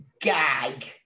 gag